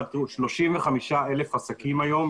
35,000 עסקים היום,